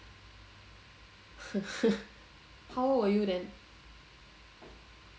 how old were you then